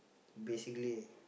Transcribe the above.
basically